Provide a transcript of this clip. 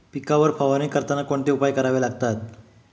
पिकांवर फवारणी करताना कोणते उपाय करावे लागतात?